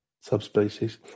Subspecies